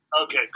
Okay